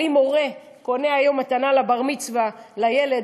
אבל אם הורה קונה היום מתנת בר-מצווה לילד,